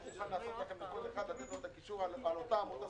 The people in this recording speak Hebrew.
אני מוכן לתת לכל אחד את הקישור לאותה עמותה